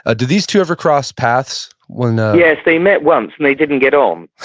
ah do these two ever cross paths when yes, they met once and they didn't get on,